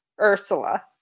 Ursula